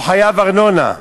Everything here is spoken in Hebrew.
הוא חייב ארנונה.